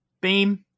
beam